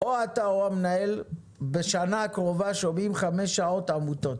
או אתה או המנהל בשנה הקרובה שומעים חמש שעות עמותות.